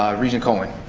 ah regent cohen.